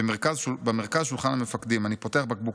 במרכז שולחן המפקדים אני פותח בקבוק